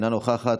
אינו נוכח,